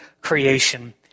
creation